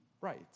right